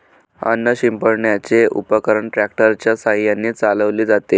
अन्न शिंपडण्याचे उपकरण ट्रॅक्टर च्या साहाय्याने चालवले जाते